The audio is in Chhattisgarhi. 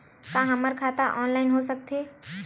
का हमर खाता ऑनलाइन हो सकथे?